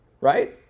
right